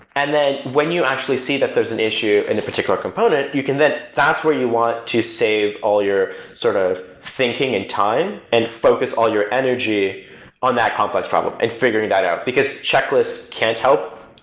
and when you actually see that there's an issue in a particular component, you can then that's where you want to save all your sort of thinking and time and focus all your energy on that complex problem and figuring that out, because checklist can't help,